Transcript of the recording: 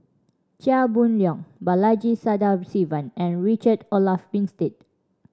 Chia Boon Leong Balaji Sadasivan and Richard Olaf Winstedt